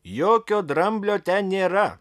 jokio dramblio ten nėra